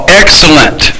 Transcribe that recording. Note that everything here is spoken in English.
excellent